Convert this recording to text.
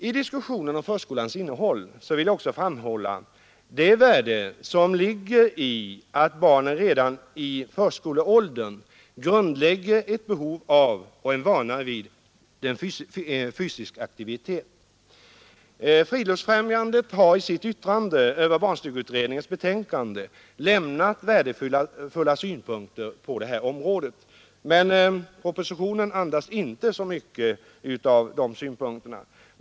I diskussionen om förskolans innehåll vill jag också framhålla det värde som ligger i att barnen redan i förskoleåldern grundlägger ett behov av och en vana vid fysisk aktivitet. Friluftsfrämjandet har i sitt yttrande över barnstugeutredningens betänkande lämnat värdefulla synpunkter i det fallet. Men propositionen andas inte mycket av de synpunkterna.